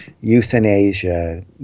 euthanasia